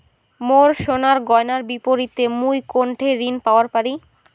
মোর সোনার গয়নার বিপরীতে মুই কোনঠে ঋণ পাওয়া পারি?